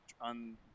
on